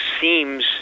seems